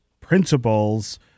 principles